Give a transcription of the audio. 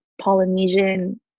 Polynesian